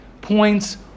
points